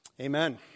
Amen